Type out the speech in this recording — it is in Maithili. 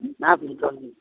आब की करबै